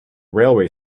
railway